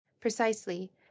precisely